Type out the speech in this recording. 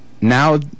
Now